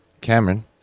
Cameron